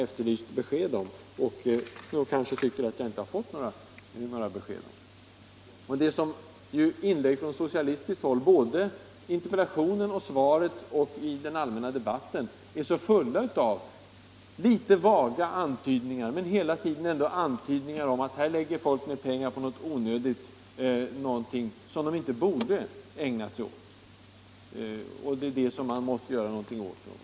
Inläggen från socialistiskt håll — såväl interpellationen och svaret som den allmänna debatten — är fulla av litet vaga antydningar om att folk lägger ned pengar på något onödigt, något som de inte borde ägna sig åt. Det antyds att man måste göra någonting åt detta. Vad?